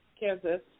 Kansas